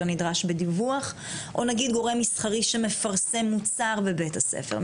נדרש בדיווח או נגיד גורם מסחרי שמפרסם מוצר בבית הספר?